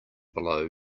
below